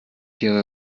tiere